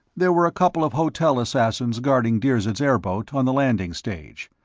there were a couple of hotel assassins guarding dirzed's airboat, on the landing stage.